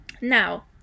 Now